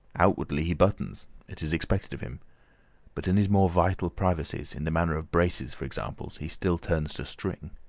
outwardly he buttons it is expected of him but in his more vital privacies, in the matter of braces for example, he still turns to string.